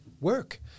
work